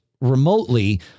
remotely